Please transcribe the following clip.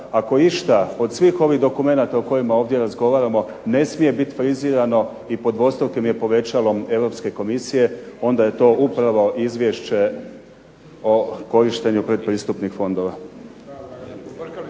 ako išta od svih ovih dokumenata o kojima ovdje razgovaramo ne smije biti frizirano i pod dvostrukim je povećalom Europske komisije onda je to upravo izvješće o korištenju pretpristupnih fondova.